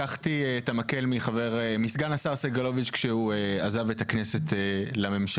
לקחתי את המקל מסגן השר סגלוביץ' כשהוא עזב את הכנסת לממשלה,